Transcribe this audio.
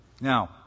Now